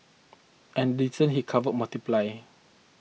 and distances he covered multiplied